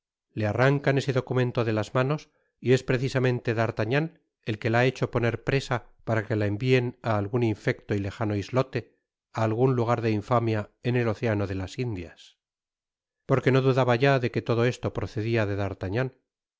le arrancan ese documento de las manos y es precisamente d'artagnan el que la ha hecho poner presa para que la envien á algun infecto y lejano islote á algun lugar de infamia en el océano de las indias content from google book search generated at porque no dudaba ya de que todo esto procedia de d'artagnan